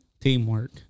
Teamwork